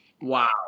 Wow